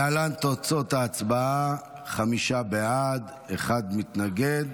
להלן תוצאות ההצבעה: חמישה בעד, אחד מתנגד.